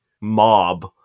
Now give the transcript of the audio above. mob